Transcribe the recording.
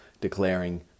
declaring